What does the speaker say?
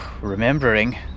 remembering